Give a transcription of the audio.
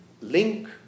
link